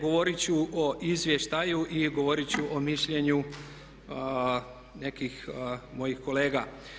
Govorit ću o izvještaju i govorit ću o mišljenju nekih mojih kolega.